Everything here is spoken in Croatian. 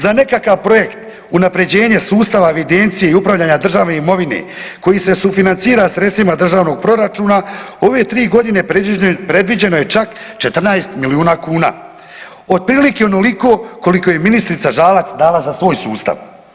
Za nekakav projekt unaprjeđenje sustava evidencije i upravljanja državne imovine koji se sufinancira sredstvima državnog proračuna u ove 3.g. predviđeno je čak 14 milijuna kuna, otprilike onoliko koliko je i ministrica Žalac dala za svoj sustav.